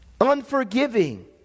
Unforgiving